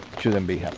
shouldn't be